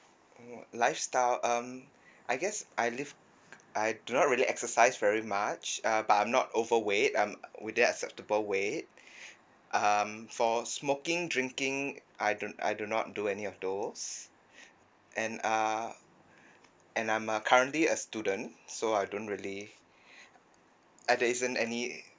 mm lifestyle um I guess I live I do not really exercise very much uh but I'm not overweight I'm within acceptable weight um for smoking drinking I do I do not do any of those and err and I'm uh currently a student so I don't really uh there isn't any